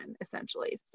essentially